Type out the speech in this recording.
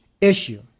issue